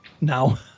Now